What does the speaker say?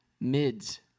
MIDS